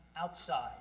outside